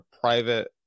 private